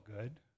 good